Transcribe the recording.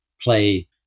play